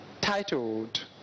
titled